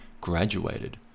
graduated